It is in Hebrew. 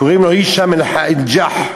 קוראים לו הישאם אל-ג'ח',